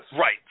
Right